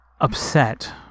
upset